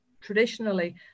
traditionally